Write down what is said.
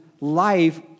life